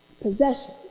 possessions